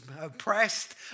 oppressed